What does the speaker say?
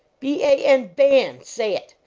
b a n ban! say it!